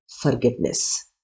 forgiveness